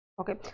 Okay